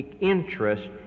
interest